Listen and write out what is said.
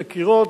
קירות,